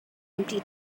empty